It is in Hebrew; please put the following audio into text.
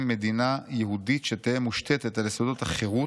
מדינה יהודית ש'תהא מושתתה על יסודות החירות,